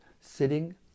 sitting